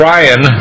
Ryan